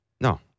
No